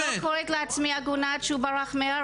אני אמרתי שאני לא קרואת לעצמי עגונה עד שהוא ברח מהארץ,